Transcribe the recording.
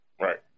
Right